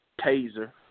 Taser